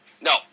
No